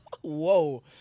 Whoa